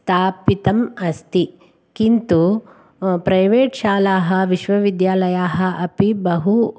स्थापितम् अस्ति किन्तु प्रैवेट् शालाः विश्वविद्यालयाः अपि बहु